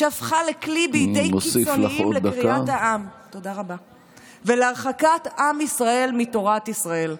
הפכה לכלי בידי קיצוניים לקריעת העם ולהרחקת עם ישראל מתורת ישראל.